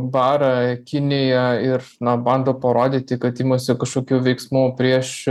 bara kiniją ir na bando parodyti kad imasi kažkokių veiksmų prieš